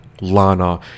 Lana